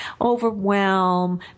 overwhelm